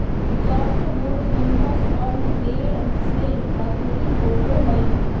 softwood gymnosperm पेड़ से लकड़ी होबो हइ